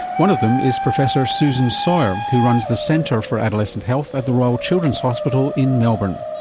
one of them is professor susan sawyer who runs the centre for adolescent health at the royal children's hospital in melbourne.